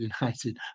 United